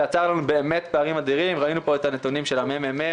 יצר לנו באמת פערים אדירים ראינו פה את הנתונים של הממ"מ